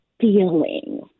feeling